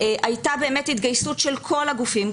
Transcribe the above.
הייתה באמת התגייסות של כל הגופים,